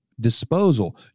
disposal